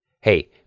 Hey